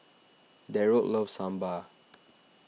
Derald loves Sambar